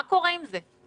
מה קורה עם זה?